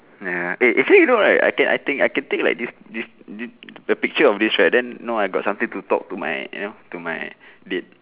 ya eh actually you know right I can I think I can take like this this this the picture of this right now I got something to talk to my you know talk to my date